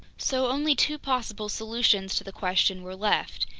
so only two possible solutions to the question were left,